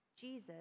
Jesus